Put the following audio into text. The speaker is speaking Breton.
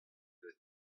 deus